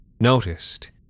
noticed